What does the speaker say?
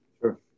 Sure